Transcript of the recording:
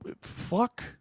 fuck